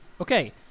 Okay